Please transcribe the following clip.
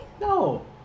No